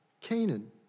Canaan